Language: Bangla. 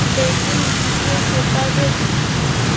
বেগুন বীজের প্রকারভেদ কি কী?